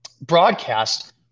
broadcast